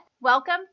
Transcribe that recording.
welcome